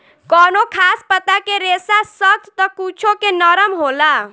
कवनो खास पता के रेसा सख्त त कुछो के नरम होला